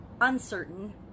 uncertain